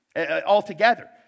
altogether